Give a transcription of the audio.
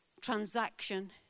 transaction